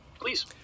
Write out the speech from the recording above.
please